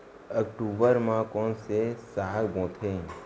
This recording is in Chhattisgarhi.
अक्टूबर मा कोन से साग बोथे?